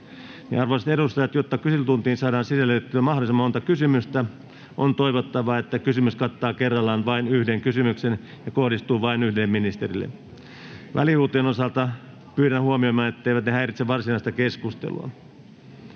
Arvoisat edustajat, jotta kyselytuntiin saadaan sisällytettyä mahdollisimman monta kysyjää, on toivottavaa, että kysymys kattaa kerrallaan vain yhden kysymyksen, joka kohdistuu vain yhdelle ministerille. Välihuutojen osalta pyydän huomioimaan, etteivät ne häiritse varsinaista keskustelua.